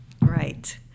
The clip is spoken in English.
Right